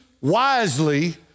wisely